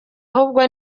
ahubwo